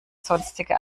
sonstige